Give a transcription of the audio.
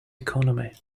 economy